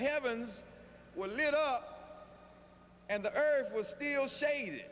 heavens were lit up and the earth was still shaded